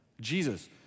Jesus